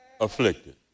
afflicted